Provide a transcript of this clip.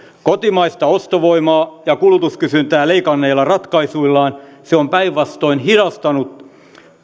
kotimaista ostovoimaa ja kulutuskysyntää leikanneilla ratkaisuillaan se on päinvastoin hidastanut